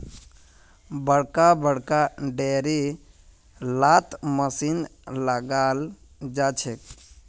बड़का बड़का डेयरी लात मशीन लगाल जाछेक